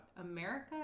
America